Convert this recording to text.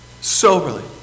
soberly